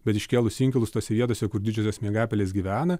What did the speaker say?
bet iškėlus inkilus tose vietose kur didžiosios miegapelės gyvena